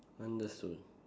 understood